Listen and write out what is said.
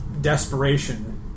desperation